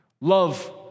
Love